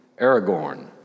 Aragorn